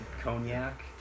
Cognac